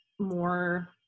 more